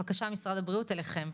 בבקשה משרד הבריאות, אליכם.